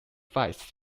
fights